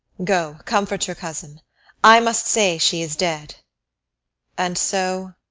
go, comfort your cousin i must say she is dead and so,